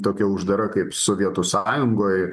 tokia uždara kaip sovietų sąjungoj